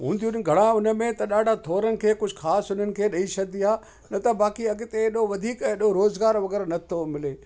हूंदियूं आहिनि त घणा उनमें त थोड़नि के कुझु ख़ासि उन्हनि खे ॾई छॾींदी आहे न त बाक़ी अॻिते एॾो वधीक एॾो रोज़गार वगै़रह नथो मिले